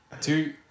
two